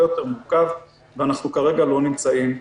יותר מורכב ואנחנו כרגע לא נמצאים שם.